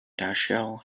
dashiell